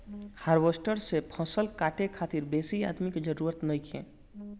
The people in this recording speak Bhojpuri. हार्वेस्टर से फसल काटे खातिर बेसी आदमी के जरूरत नइखे